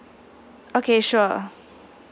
okay sure